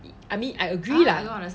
I mean I agree lah